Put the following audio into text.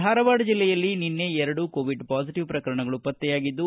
ಧಾರವಾಡ ಜಿಲ್ಲೆಯಲ್ಲಿ ನಿನ್ನೆ ಎರಡು ಕೋವಿಡ್ ಪಾಸಿಟವ್ ಪ್ರಕರಣಗಳು ಪತ್ತೆಯಾಗಿದ್ದು